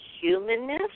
humanness